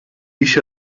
i̇ş